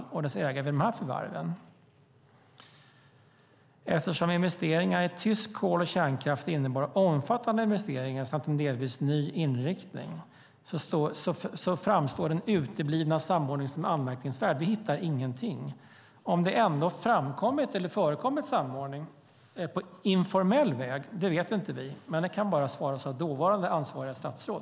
Eftersom investeringar i tysk kol och kärnkraft innebar omfattande investeringar samt en delvis ny inriktning framstår den uteblivna samordningen som anmärkningsvärd. Den frågan kan bara besvaras av dåvarande ansvariga statsråd.